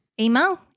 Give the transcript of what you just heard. Email